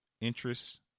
interest